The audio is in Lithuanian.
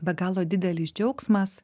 be galo didelis džiaugsmas